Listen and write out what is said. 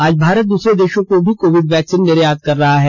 आज भारत दूसरे देशों को भी कोविड वैक्सीन निर्यात कर रहा है